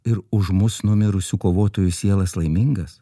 ir už mus numirusių kovotojų sielas laimingas